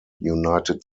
united